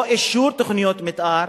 או אישור תוכניות מיתאר,